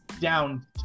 down